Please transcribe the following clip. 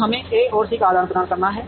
अब हमें ए और सी का आदान प्रदान करना है